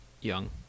young